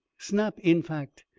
snap, in fact,